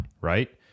Right